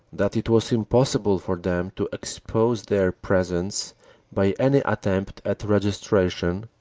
that it was impossible for them to expose their presence by any attempt at registration,